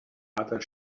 other